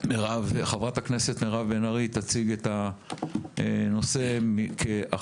חברת הכנסת מירב בן ארי תציג את הנושא כאחת